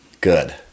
Good